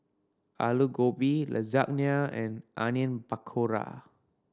Alu Gobi Lasagne and Onion Pakora